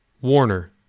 Warner